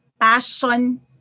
Passion